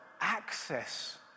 access